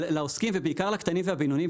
אבל בעיקר לעסקים הקטנים והבינוניים,